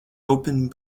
open